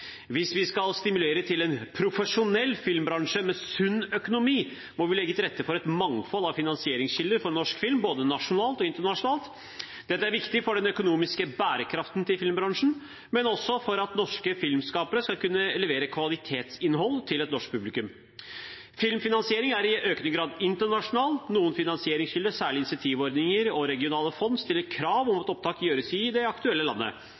Hvis vi skal stimulere til en profesjonell filmbransje med sunn økonomi, må vi legge til rette for et mangfold av finansieringskilder for norsk film, både nasjonalt og internasjonalt. Dette er viktig for den økonomiske bærekraften til filmbransjen, men også for at norske filmskapere skal kunne levere kvalitetsinnhold til et norsk publikum. Filmfinansiering er i økende grad internasjonal. Noen finansieringskilder, særlig insentivordninger og regionale fond, stiller krav om at opptak gjøres i det aktuelle landet.